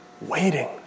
waiting